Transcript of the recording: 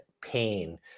pain